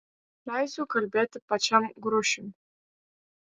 leisiu kalbėti pačiam grušiui